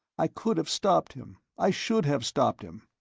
i could have stopped him, i should have stopped him,